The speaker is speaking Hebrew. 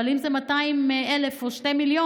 אבל אם זה 200,000 או 2 מיליון,